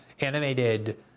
animated